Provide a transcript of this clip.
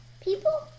people